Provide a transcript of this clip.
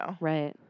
Right